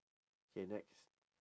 K next